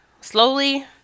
slowly